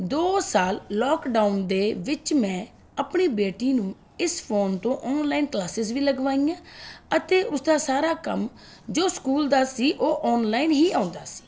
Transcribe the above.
ਦੋ ਸਾਲ lockdown ਦੇ ਵਿੱਚ ਮੈਂ ਆਪਣੀ ਬੇਟੀ ਨੂੰ ਇਸ ਫੋਨ ਤੋਂ ਓਨਲਾਈਨ ਕਲਾਸਿਸ ਵੀ ਲਗਵਾਈਆਂ ਅਤੇ ਉਸਦਾ ਸਾਰਾ ਕੰਮ ਜੋ ਸਕੂਲ ਦਾ ਸੀ ਉਹ ਔਨਲਾਈਨ ਹੀ ਆਉਂਦਾ ਸੀ